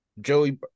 Joey